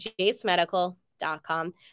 JACEMEDICAL.com